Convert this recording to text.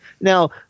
Now